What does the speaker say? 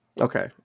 Okay